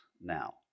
now